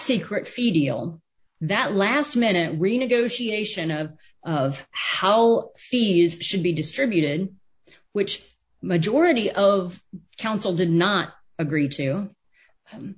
secret feel that last minute renegotiation of of how fees should be distributed which majority of counsel did not agree to